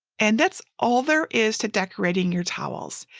and that's all there is to decorating your towels.